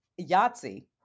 Yahtzee